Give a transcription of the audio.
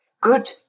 good